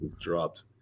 dropped